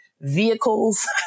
vehicles